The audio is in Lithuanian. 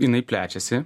jinai plečiasi